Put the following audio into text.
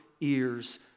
ears